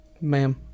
ma'am